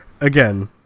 again